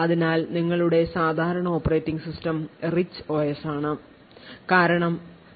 അതിനാൽ നിങ്ങളുടെ സാധാരണ ആൻഡ്രോയിഡ് ഓപ്പറേറ്റിംഗ് സിസ്റ്റം അല്ലെങ്കിൽ iOS operating system rich OS ആണ്